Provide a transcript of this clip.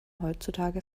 heutzutage